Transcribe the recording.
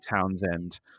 Townsend